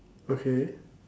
okay